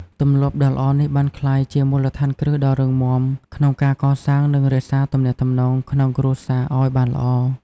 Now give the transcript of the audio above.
ទម្លាប់ដ៏ល្អនេះបានក្លាយជាមូលដ្ឋានគ្រឹះដ៏រឹងមាំក្នុងការកសាង និងរក្សាទំនាក់ទំនងក្នុងគ្រួសារឱ្យបានល្អ។